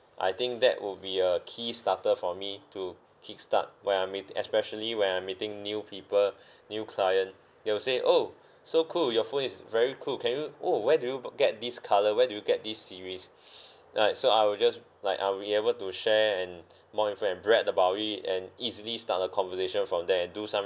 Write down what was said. I think that would be a key starter for me to kickstart when I'm meet~ especially when I'm meeting new people new client they will say oh so cool your phone is very cool can you oh where do you get this colour where do you get this series right so I will just like I'll be able to share and more info and brag about it and easily start a conversation from there do some